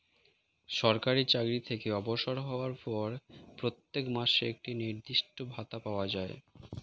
সরকারি চাকরি থেকে অবসর হওয়ার পর প্রত্যেক মাসে একটি নির্দিষ্ট ভাতা পাওয়া যায়